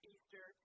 Easter